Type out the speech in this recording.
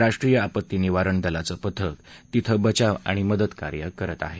राष्ट्रीय आपत्ती निवारण दलाचं पथक तिथं बचाव आणि मदतकार्य करत आहे